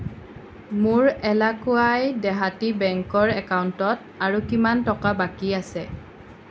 মোৰ এলাকুৱাই দেহাতী বেংকৰ একাউণ্টত আৰু কিমান টকা বাকী আছে